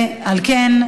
על כן,